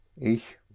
ich